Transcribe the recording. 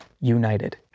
united